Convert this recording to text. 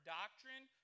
doctrine